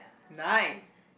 nice